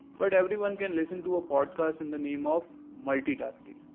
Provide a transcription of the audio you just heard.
but everyone can listen to a podcast in the name of multi-tasking.